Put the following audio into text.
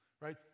right